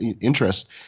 interest